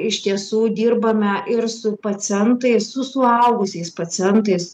iš tiesų dirbame ir su pacientais su suaugusiais pacientais